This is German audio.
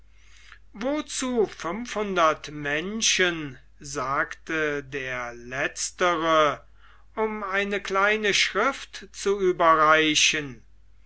wozu fünfhundert menschen sagte der letztere um eine kleine schrift zu überreichen